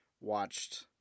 watched